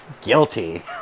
Guilty